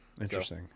Interesting